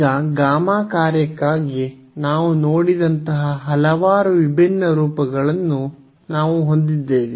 ಈಗ ಗಾಮಾ ಕಾರ್ಯಕ್ಕಾಗಿ ನಾವು ನೋಡಿದಂತಹ ಹಲವಾರು ವಿಭಿನ್ನ ರೂಪಗಳನ್ನು ನಾವು ಹೊಂದಿದ್ದೇವೆ